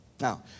Now